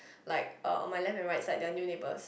like uh on my left and right side they are new neighbours